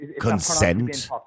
Consent